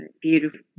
beautiful